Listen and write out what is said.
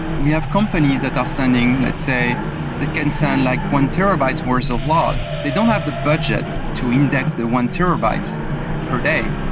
we have companies that are sending, let's say that can send like one terabyte worth of log. the don't have the budget to index the one terabyte per day.